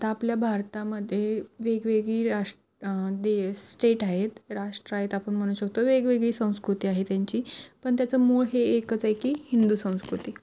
आता आपल्या भारतामध्ये वेगवेगळी राष्ट्र देश स्टेट आहेत राष्ट्र आहेत आपण म्हणू शकतो वेगवेगळी संस्कृती आहे त्यांची पण त्याचं मूळ हे एकच आहे की हिंदू संस्कृती